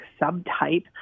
subtype